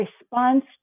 response